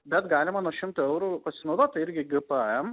bet galima nuo šimto eurų pasinaudot ta irgi gpm